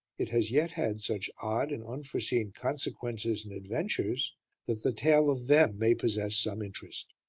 it has yet had such odd and unforeseen consequences and adventures that the tale of them may possess some interest.